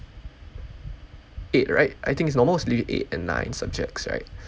eight right I think it's normal mostly eight and nine subjects right